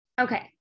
Okay